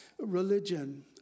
Religion